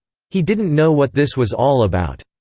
he didn't know what this was all about.